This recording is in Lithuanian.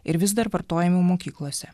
ir vis dar vartojami mokyklose